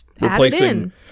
replacing